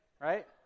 right